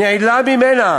נעלמה ממנה